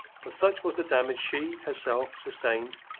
but such was the damage she, herself, sustained,